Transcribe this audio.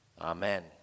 Amen